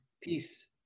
Peace